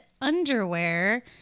underwear